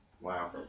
Wow